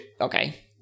Okay